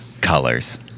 colors